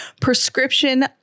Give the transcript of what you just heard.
prescription